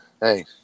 Hey